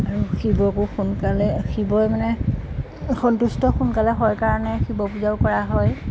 আৰু শিৱকো সোনকালে শিৱই মানে সন্তুষ্ট সোনকালে হয় কাৰণে শিৱপূজাও কৰা হয়